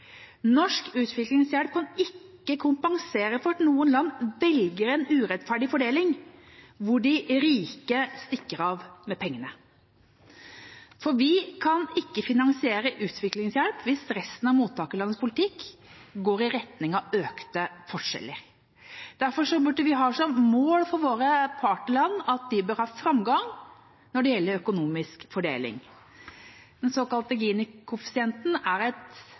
Norsk utviklingshjelp kan ikke kompensere for at noen land velger en urettferdig fordeling hvor de rike stikker av med pengene. For vi kan ikke finansiere utviklingshjelp hvis resten av mottakerlandets politikk går i retning av økte forskjeller. Derfor burde vi ha som mål for våre partnerland at de bør ha framgang når det gjelder økonomisk fordeling. Den såkalte Gini-koeffisienten er